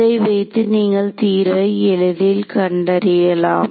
இதை வைத்து நீங்கள் தீர்வை எளிதில் கண்டறியலாம்